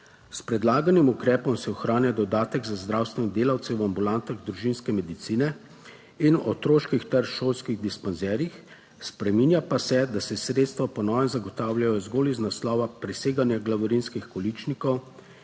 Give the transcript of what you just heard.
S predlaganim ukrepom se ohranja dodatek za zdravstvene delavce v ambulantah družinske medicine in otroških ter šolskih dispanzerjih. Spreminja pa se, da se sredstva po novem zagotavljajo zgolj iz naslova preseganja glavarinskih količnikov